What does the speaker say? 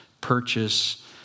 purchase